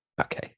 okay